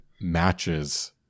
matches